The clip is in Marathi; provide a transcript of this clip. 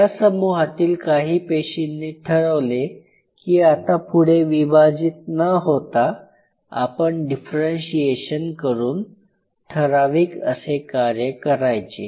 या समूहातील काही पेशींनी ठरवले की आता पुढे विभाजित न होता आपण डिफरेंशीएशन करून ठराविक असे कार्य करायचे